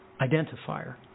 identifier